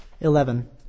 Eleven